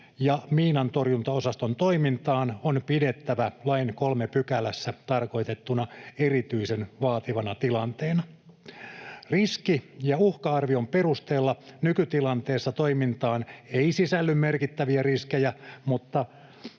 ja miinantorjuntaosaston toimintaan on pidettävä lain 3 §:ssä tarkoitettuna erityisen vaativana tilanteena. Riski‑ ja uhka-arvion perusteella nykytilanteessa toimintaan ei sisälly merkittäviä riskejä, mutta